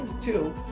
two